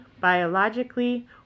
biologically